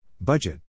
Budget